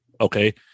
Okay